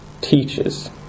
teaches